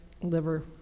liver